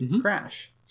Crash